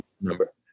number